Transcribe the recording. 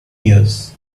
years